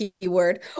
keyword